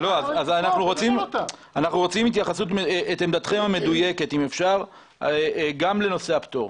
אנחנו רוצים את עמדתכם המדויקת גם לנושא הפטור.